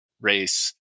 race